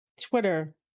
Twitter